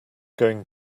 going